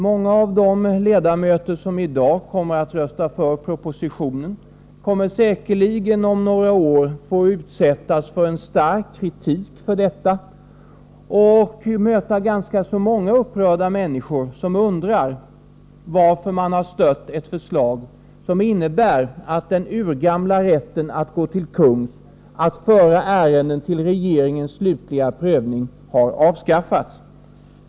Många av de ledamöter som i dag kommer att rösta för propositionen kommer säkerligen om några år att utsättas för kritik för detta och möta upprörda människor, som undrar varför de har stött ett förslag, som innebär att den urgamla rätten att gå till kungs, att föra ärenden till regeringens slutliga prövning, har begränsats.